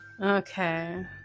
Okay